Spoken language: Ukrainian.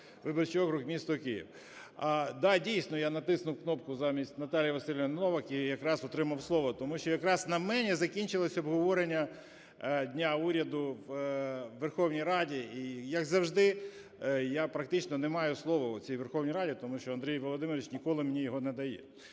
виборчий округ, місто Київ. Да, дійсно, я натиснув кнопку замість Наталії Василівни Новак і якраз отримав слово, тому що якраз на мені закінчилось обговорення Дня Уряду у Верховній Раді, і як завжди, я практично не маю слово в цій Верховній Раді, тому що Андрій Володимирович ніколи мені його не дає.